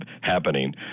happening